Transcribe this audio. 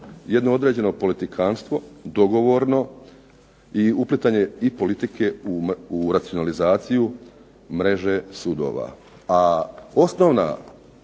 jedno određeno politikanstvo dogovorno i uplitanje i politike u racionalizaciju mreže sudova,